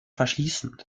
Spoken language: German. verschließen